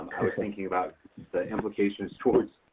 i was thinking about the implications towards